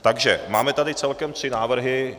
Takže máme tady celkem tři návrhy.